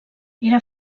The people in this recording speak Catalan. era